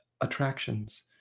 attractions